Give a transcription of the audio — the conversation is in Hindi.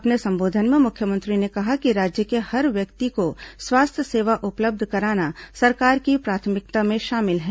अपने संबोधन में मुख्यमंत्री ने कहा कि राज्य के हर व्यक्ति को स्वास्थ्य सेवा उपलब्ध कराना सरकार की प्राथमिकता में शामिल है